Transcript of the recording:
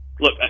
look